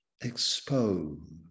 expose